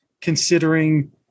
considering